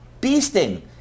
beasting